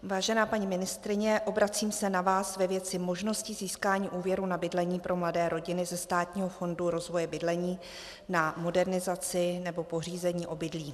Vážená paní ministryně, obracím se na vás ve věci možnosti získání úvěrů na bydlení pro mladé rodiny ze Státního fondu rozvoje bydlení na modernizaci nebo pořízení obydlí.